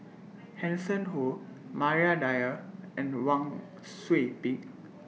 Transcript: Hanson Ho Maria Dyer and Wang Sui Pick